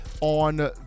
on